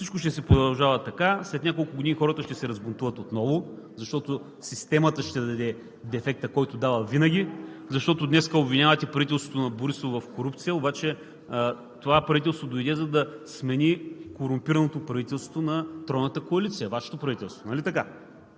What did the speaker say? Всичко ще си продължава така. След няколко години хората ще се разбунтуват отново, защото системата ще даде дефекта, който дава винаги. Защото днес обвинявате правителството на Борисов в корупция, обаче това правителство дойде, за да смени корумпираното правителство на Тройната коалиция – Вашето правителство.